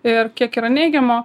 ir kiek yra neigiamo